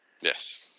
Yes